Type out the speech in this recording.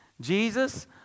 Jesus